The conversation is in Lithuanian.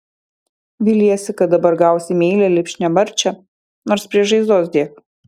viliesi kad dabar gausi meilią lipšnią marčią nors prie žaizdos dėk